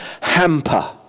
hamper